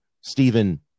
Stephen